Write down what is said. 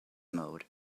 mode